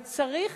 אבל צריך,